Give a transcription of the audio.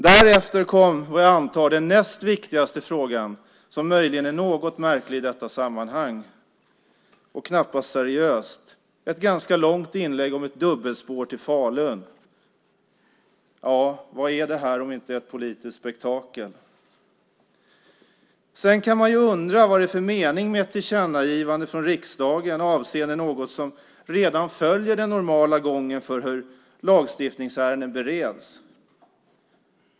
Därefter kom vad jag antar är den näst viktigaste frågan, som möjligen är något märklig i detta sammanhang och knappast seriös: ett ganska långt inlägg om ett dubbelspår till Falun. Ja, vad är det här om inte ett politiskt spektakel? Sedan kan man undra vad det är för mening med ett tillkännagivande från riksdagen avseende något som redan följer den normala gången för hur lagstiftningsärenden bereds.